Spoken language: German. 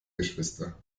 geschwister